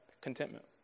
Contentment